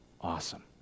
awesome